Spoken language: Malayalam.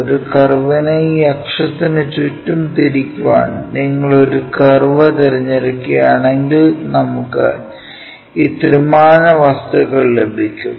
ഒരു കർവിനെ ഒരു അക്ഷത്തിന് ചുറ്റും തിരിക്കാൻ നിങ്ങൾ ഒരു കർവ് തിരഞ്ഞെടുക്കുകയാണെങ്കിൽ നമുക്ക് ഈ ത്രിമാന വസ്തുക്കൾ ലഭിക്കും